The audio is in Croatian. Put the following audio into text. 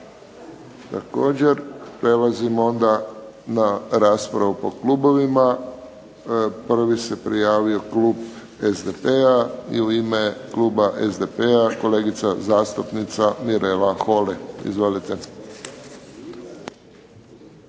također. Prelazimo onda na raspravu po klubovima. Prvi se prijavio klub SDP-a i u ime kluba SDP-a kolegica zastupnica Mirela Holy. Izvolite.